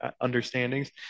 understandings